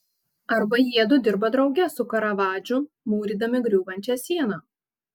arba jiedu dirba drauge su karavadžu mūrydami griūvančią sieną